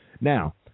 Now